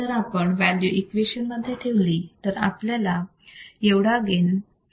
इथे जर आपण व्हॅल्यू इक्वेशन मध्ये ठेवली तर आपल्याला एवढा गेन 1